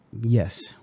yes